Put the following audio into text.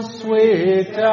sweet